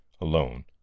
alone